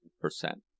percent